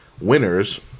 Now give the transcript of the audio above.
winners